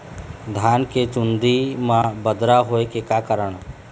धान के चुन्दी मा बदरा होय के का कारण?